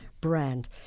brand